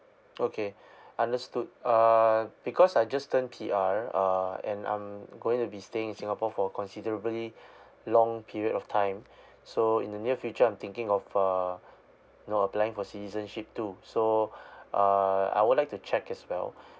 okay understood err because I just turned P_R err and I'm going to be staying in singapore for considerably long period of time so in the near future I'm thinking of uh you know applying for citizenship too so uh I would like to check as well